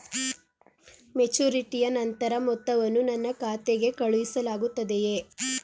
ಮೆಚುರಿಟಿಯ ನಂತರ ಮೊತ್ತವನ್ನು ನನ್ನ ಖಾತೆಗೆ ಕಳುಹಿಸಲಾಗುತ್ತದೆಯೇ?